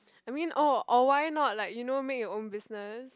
I mean oh or why not like you know make your own business